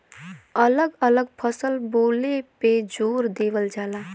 अलग अलग फसल बोले पे जोर देवल जाला